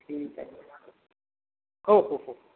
ठीक आहे हो हो हो